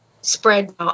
spread